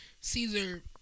Caesar